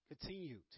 continued